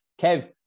Kev